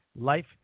Life